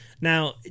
Now